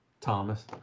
Thomas